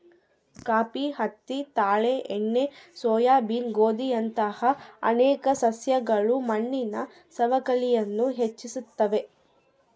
coffee ಹತ್ತಿ ತಾಳೆ ಎಣ್ಣೆ ಸೋಯಾಬೀನ್ ಗೋಧಿಯಂತಹ ಅನೇಕ ಸಸ್ಯಗಳು ಮಣ್ಣಿನ ಸವಕಳಿಯನ್ನು ಹೆಚ್ಚಿಸ್ತವ